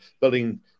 building